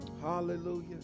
Hallelujah